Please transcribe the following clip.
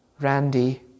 Randy